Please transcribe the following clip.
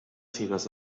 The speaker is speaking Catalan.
figues